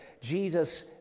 Jesus